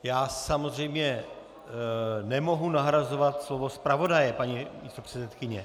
Já samozřejmě nemohu nahrazovat slovo zpravodaje, paní místopředsedkyně.